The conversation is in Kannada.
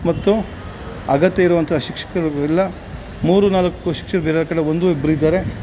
ಮತ್ತು ಅಗತ್ಯ ಇರೋವಂಥ ಶಿಕ್ಷಕ್ರು ಇಲ್ಲ ಮೂರು ನಾಲ್ಕು ಶಿಕ್ಷಕ್ರು ಇರೋ ಕಡೆ ಒಂದು ಇಬ್ಬರಿದ್ದಾರೆ